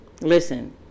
listen